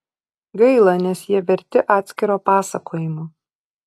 gaila nes jie verti atskiro pasakojimo